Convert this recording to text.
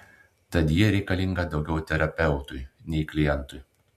tad ji reikalinga daugiau terapeutui nei klientui